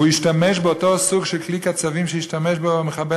והוא השתמש באותו סוג של כלי קצבים שהשתמש בו המחבל